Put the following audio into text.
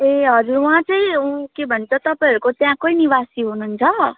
ए हजुर उहाँ चाहिँ के भन्छ तपाईँहरूको त्यहाँकै निवासी हुनुहुन्छ